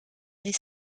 les